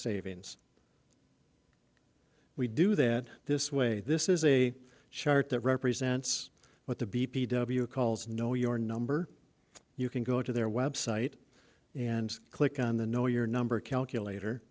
savings we do that this way this is a chart that represents what the b p w calls no your number you can go to their website and click on the know your number calculator